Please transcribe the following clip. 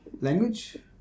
Language